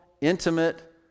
intimate